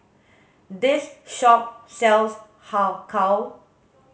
this shop sells har kow